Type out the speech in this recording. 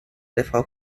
دفاع